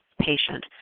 patient